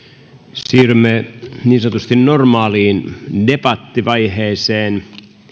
siirrymme niin sanotusti normaaliin debattivaiheeseen